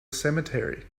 cemetery